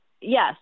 Yes